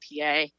pa